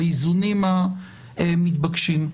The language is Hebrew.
באיזונים המתבקשים.